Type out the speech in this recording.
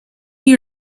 you